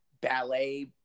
ballet